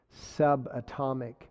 subatomic